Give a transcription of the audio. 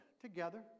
together